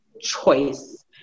choice